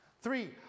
Three